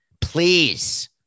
Please